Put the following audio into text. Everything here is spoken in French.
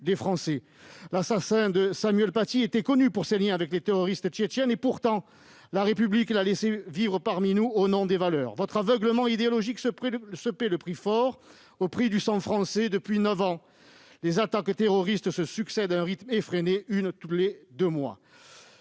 des Français. L'assassin de Samuel Paty était connu pour ses liens avec les terroristes tchétchènes. Et pourtant, la République l'a laissé vivre parmi nous au nom des valeurs. Votre aveuglement idéologique se paie au prix fort, au prix du sang français : depuis neuf ans, les attaques terroristes se succèdent à un rythme effréné, une tous les deux mois.